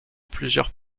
plusieurs